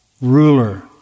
ruler